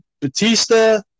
Batista